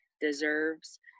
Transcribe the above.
deserves